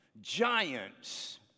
giants